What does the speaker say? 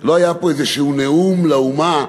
לא היה פה איזשהו נאום לאומה.